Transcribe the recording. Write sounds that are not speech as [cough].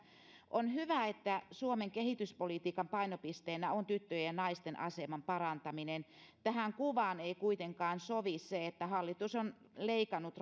on hyvä että suomen kehityspolitiikan painopisteenä on tyttöjen ja naisten aseman parantaminen tähän kuvaan ei kuitenkaan sovi se että hallitus on leikannut [unintelligible]